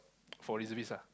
for reservist ah